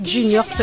Junior